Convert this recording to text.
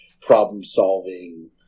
problem-solving